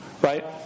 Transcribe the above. right